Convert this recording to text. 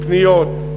פניות,